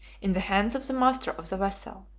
in the hands of the master of the vessel.